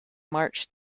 marched